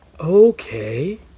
okay